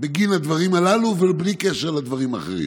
בגין הדברים הללו ובלי קשר לדברים האחרים.